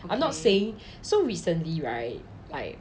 I'm not saying so recently right like